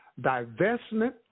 divestment